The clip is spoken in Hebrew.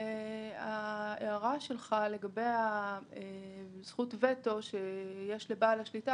לגבי ההערה שלך לגבי זכות הוטו שיש לבעל השליטה.